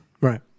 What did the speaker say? Right